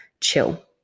chill